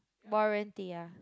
warranty yea